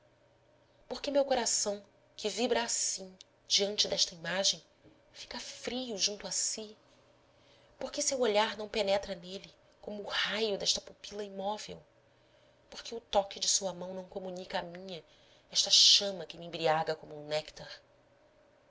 que meu coração que vibra assim diante desta imagem fica frio junto a si por que seu olhar não penetra nele como o raio desta pupila imóvel por que o toque de sua mão não comunica à minha esta chama que me embriaga como um néctar